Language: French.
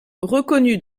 reconnut